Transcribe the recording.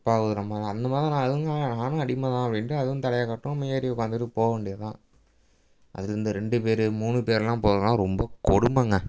அப்பா குதிரை மாதிரி அந்த மாதிரி தான் நான் அதுதான் நானும் அடிமை தான் அப்படின்ட்டு அதுவும் தலையை காட்டும் நம்ம ஏறி உட்காந்துட்டு போக வேண்டியது தான் அதில் இந்த ரெண்டு பேர் மூணு பேரெலாம் போகிறதுலாம் ரொம்ப கொடுமைங்க